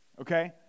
okay